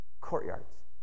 courtyards